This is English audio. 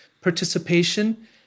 participation